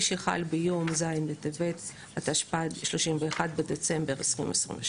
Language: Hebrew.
שחל ביום ז' בטבת התשפ"ג (31 בדצמבר 2022),